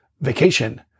vacation